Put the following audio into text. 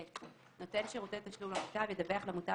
(ב)נותן שירותי תשלום למוטב ידווח למוטב